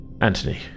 Anthony